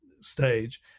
stage